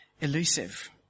elusive